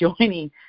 joining